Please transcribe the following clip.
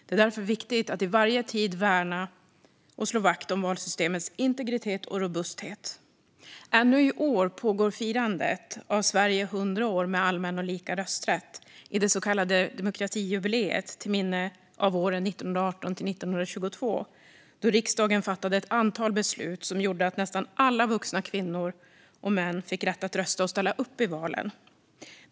Det är därför viktigt att i varje tid värna och slå vakt om valsystemets integritet och robusthet. Ännu i år pågår firandet av Sverige 100 år med allmän och lika rösträtt i det så kallade demokratijubileet, till minne av åren 1918-1922 då riksdagen fattade ett antal beslut som gjorde att nästan alla vuxna kvinnor och män fick rätt att rösta och ställa upp i valen.